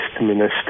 minister